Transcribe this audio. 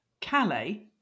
Calais